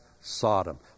Sodom